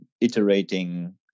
iterating